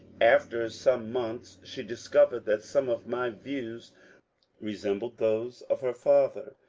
after some months she discovered that some of my views resembled those of her father,